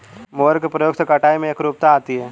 mower के प्रयोग से कटाई में एकरूपता आती है